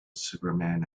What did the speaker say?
superman